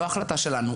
לא החלטה שלנו,